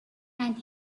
and